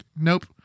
Nope